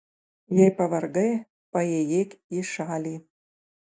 jei pavargai paėjėk į šalį